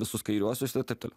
visus kairiuosius ir taip toliau